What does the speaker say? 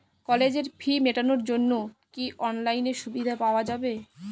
কলেজের ফি মেটানোর জন্য কি অনলাইনে সুবিধা পাওয়া যাবে?